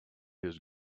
his